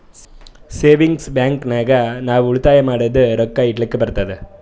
savings bank ನಾಗ್ ನಾವ್ ಉಳಿತಾಯ ಮಾಡಿದು ರೊಕ್ಕಾ ಇಡ್ಲಕ್ ಬರ್ತುದ್